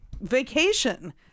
vacation